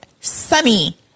sunny